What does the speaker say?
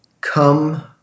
come